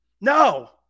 No